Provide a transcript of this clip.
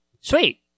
Sweet